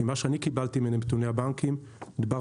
ממה שאני קיבלתי מנתוני הבנקים מדובר